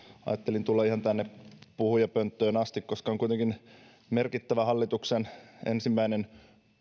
ajattelin tulla ihan tänne puhujapönttöön asti koska on kuitenkin merkittävä hallituksen ensimmäinen